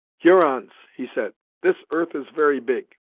hurons, he said, this earth is very big.